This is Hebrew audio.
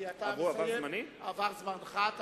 עבר זמנך.